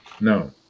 No